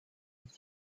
the